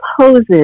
poses